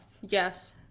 Yes